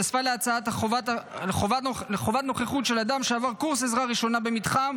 התווספה להצעה חובת נוכחות של אדם שעבר קורס עזרה ראשונה במתחם